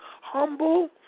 humble